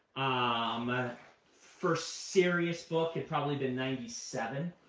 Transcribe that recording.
um first serious book had probably been ninety seven.